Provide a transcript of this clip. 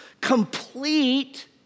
complete